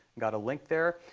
got a link there.